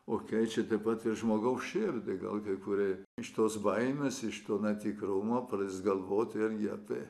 o keičia taip pat ir žmogaus širdį gal kai kurie iš tos baimės iš to netikrumo pradės galvoti irgi apie